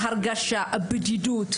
הם חווים הרגשה של בדידות,